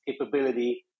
capability